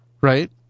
Right